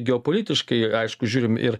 geopolitiškai aišku žiūrim ir